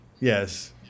Yes